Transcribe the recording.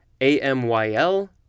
A-M-Y-L